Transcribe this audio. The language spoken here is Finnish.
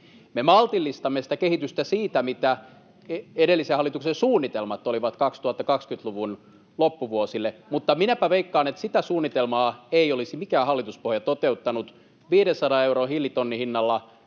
Me maltillistamme sitä kehitystä siitä, mitä edellisen hallituksen suunnitelmat olivat 2020-luvun loppuvuosille, mutta minäpä veikkaan, että sitä suunnitelmaa ei olisi mikään hallituspohja toteuttanut 500 euron hiilitonnin hinnalla,